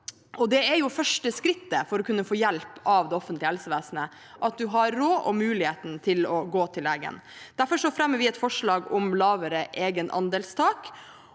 det første skrittet for å kunne få hjelp av det offentlige helsevesenet at man har råd og mulighet til å gå til legen. Derfor fremmer vi et forslag om lavere egenandelstak